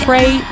Pray